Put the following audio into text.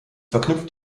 verknüpft